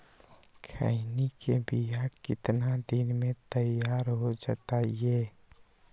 खैनी के बिया कितना दिन मे तैयार हो जताइए?